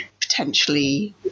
potentially